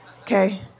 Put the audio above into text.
okay